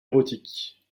érotiques